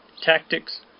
tactics